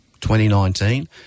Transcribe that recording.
2019